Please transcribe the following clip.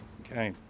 Okay